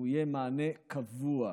והוא יהיה מענה קבוע.